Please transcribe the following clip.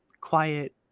quiet